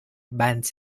vans